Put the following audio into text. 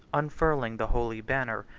unfurling the holy banner,